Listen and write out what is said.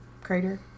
crater